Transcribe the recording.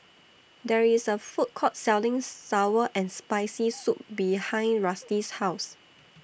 There IS A Food Court Selling Sour and Spicy Soup behind Rusty's House